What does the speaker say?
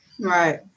right